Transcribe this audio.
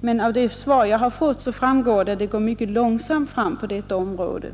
Men av det svar jag har fått framgår att det går mycket långsamt fram på detta område.